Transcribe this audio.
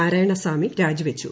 നാരായണ സാമി രാജിവച്ചു